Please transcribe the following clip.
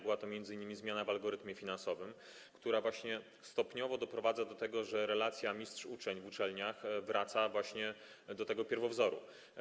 Była to m.in. zmiana w algorytmie finansowym, która stopniowo doprowadza do tego, że relacja mistrz - uczeń w uczelniach wraca właśnie do tego pierwowzoru.